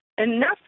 enough